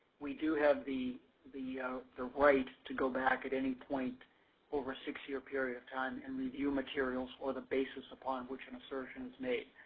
we do have the the right to go back at any point over six-year period of time and review materials or the basis upon which an assertion is made.